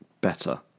better